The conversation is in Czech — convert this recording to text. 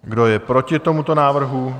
Kdo je proti tomuto návrhu?